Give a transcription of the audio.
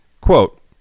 quote